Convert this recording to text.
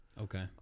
Okay